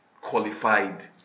qualified